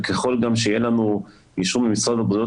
וככל גם שיהיה לנו אישור ממשרד הבריאות